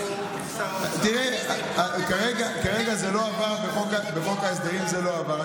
תראה, כרגע בחוק ההסדרים זה לא עבר.